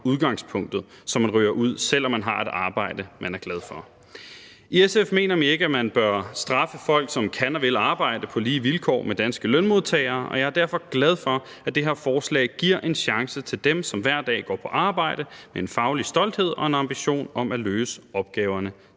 udgangspunktet, så de ryger ud, selv om de har et arbejde, de er glade for. I SF mener vi ikke, at man bør straffe folk, som kan og vil arbejde på lige vilkår med danske lønmodtagere, og jeg er derfor glad for, at det her forslag giver en chance til dem, som hver dag går på arbejde med en faglig stolthed og en ambition om at løse opgaverne